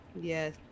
Yes